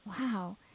Wow